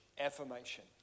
affirmation